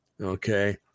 Okay